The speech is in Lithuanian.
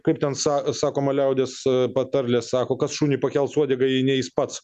kaip ten sa sakoma liaudies patarlė sako kas šuniui pakels uodegą jei ne jis pats